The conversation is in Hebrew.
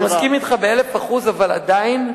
אני מסכים אתך באלף אחוז אבל עדיין,